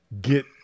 get